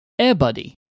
AirBuddy